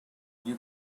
you